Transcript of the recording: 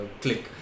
click